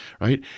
right